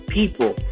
people